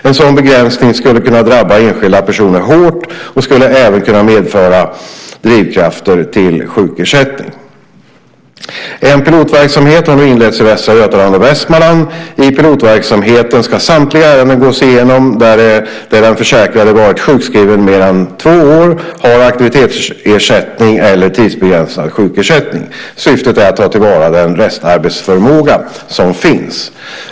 En sådan begränsning skulle kunna drabba enskilda personer hårt och skulle även kunna medföra drivkrafter till sjukersättning. En pilotverksamhet har nu inletts i Västra Götaland och Västmanland. I pilotverksamheten ska samtliga ärenden gås igenom där den försäkrade varit sjukskriven mer än två år, har aktivitetsersättning eller tidsbegränsad sjukersättning. Syftet är att ta till vara den restarbetsförmåga som finns.